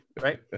Right